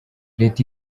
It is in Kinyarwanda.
leta